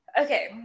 okay